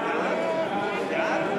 סעיף 1